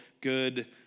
good